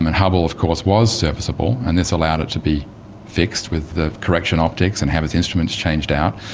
and hubble of course was serviceable, and this allowed it to be fixed with the correction optics and have its instruments changed out.